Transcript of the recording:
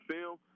film